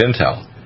intel